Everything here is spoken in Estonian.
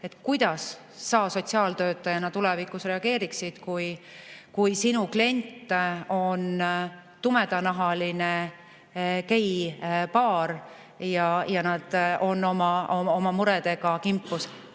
kuidas sa sotsiaaltöötajana tulevikus reageeriksid, kui sinu kliendiks on tumedanahaline geipaar ja nad on oma muredega kimpus.